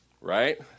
right